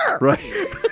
Right